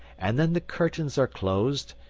and then the curtains are closed,